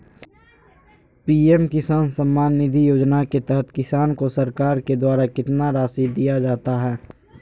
PM Kisan Samman Nidhi योजना के तहत किसान को सरकार के द्वारा कितना रासि दिया जाता है?